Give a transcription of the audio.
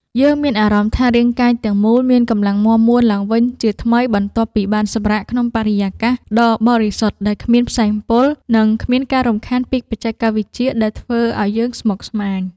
យើងមានអារម្មណ៍ថារាងកាយទាំងមូលមានកម្លាំងមាំមួនឡើងវិញជាថ្មីបន្ទាប់ពីបានសម្រាកក្នុងបរិយាកាសដ៏បរិសុទ្ធដែលគ្មានផ្សែងពុល និង គ្មានការរំខានពីបច្ចេកវិទ្យាដែលធ្វើឱ្យយើងស្មុគស្មាញ។